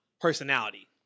personality